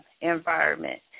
environment